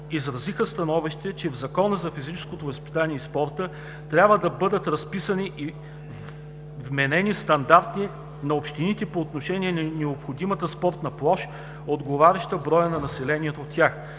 Изразиха становище, че в Закона за физическото възпитание и спорта трябва да бъдат разписани и вменени стандарти на общините по отношение на необходимата спортна площ, отговаряща на броя на населението в тях.